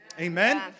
Amen